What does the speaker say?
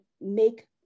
make